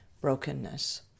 brokenness